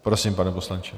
Prosím, pane poslanče.